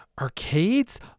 arcades